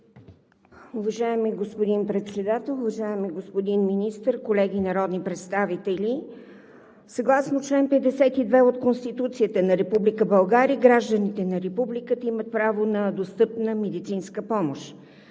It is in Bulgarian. Уважаеми господин Председател, уважаеми господин Министър, колеги народни представители! Съгласно чл. 52 от Конституцията на Република България гражданите на Република България имат право на достъпна медицинска помощ.